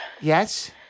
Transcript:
Yes